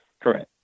Correct